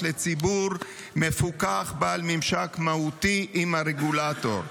לציבור מפוקח בעל ממשק מהותי עם הרגולטור.